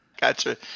Gotcha